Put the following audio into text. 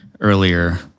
earlier